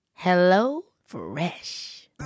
HelloFresh